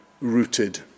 rooted